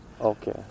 Okay